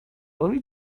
only